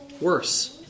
worse